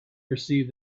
perceived